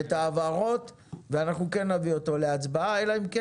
ואת ההבהרות ואנחנו כן נביא אותו להצבעה אלא אם כן